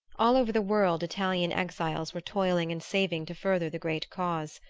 all over the world italian exiles were toiling and saving to further the great cause.